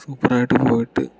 സൂപ്പറായിട്ട് പോയിട്ട്